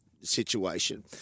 situation